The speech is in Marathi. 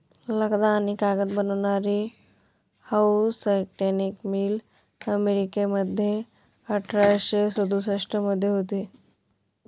लगदा आणि कागद बनवणारी हाऊसटॉनिक मिल अमेरिकेमध्ये अठराशे सदुसष्ट मध्ये होती